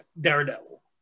Daredevil